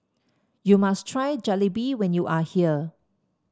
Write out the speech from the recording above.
you must try Jalebi when you are here